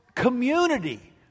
community